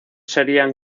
serían